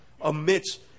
amidst